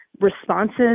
responses